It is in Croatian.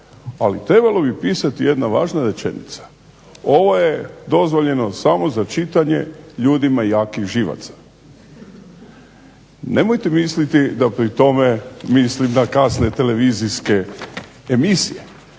ali trebalo bi pisati jedna važna rečenica, ovo je dozvoljeno samo za čitanje ljudima jakih živaca. Nemojte misliti da pri tome mislim na kasne televizijske emisije,